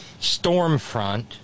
Stormfront